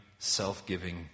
self-giving